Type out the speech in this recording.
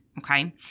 Okay